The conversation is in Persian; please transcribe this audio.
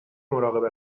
مراقب